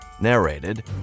Narrated